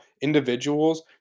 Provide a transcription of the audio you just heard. individuals